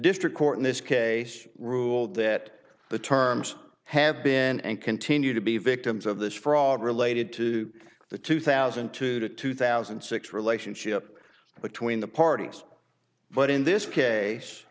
district court in this case ruled that the terms have been and continue to be victims of this fraud related to the two thousand and two to two thousand and six relationship between the parties but in this case